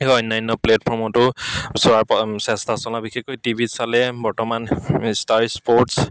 অন্যান্য প্লেটফৰ্মতো চোৱাৰ চেষ্টা চলাও বিশেষকৈ টি ভিত চালে বৰ্তমান ষ্টাৰ স্প'ৰ্টছ